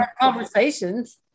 conversations